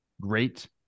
great